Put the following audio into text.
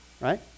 right